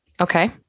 Okay